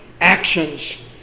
actions